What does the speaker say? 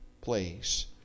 place